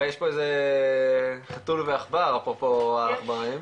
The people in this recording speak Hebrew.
הרי יש פה חתול ועכבר, אפרופו העכברים.